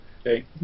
Okay